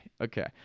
Okay